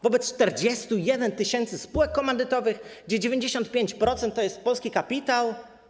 wobec 41 tys. spółek komandytowych, gdzie 95% to jest polski kapitał?